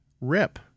Rip